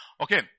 Okay